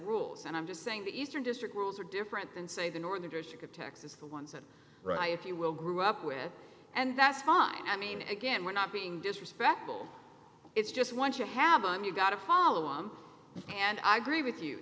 rules and i'm just saying the eastern district rules are different than say the northern district of texas the ones that right if you will grew up with and that's fine i mean again we're not being disrespectful it's just what you haven't you got a follow up and i agree with you